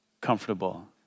comfortable